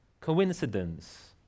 coincidence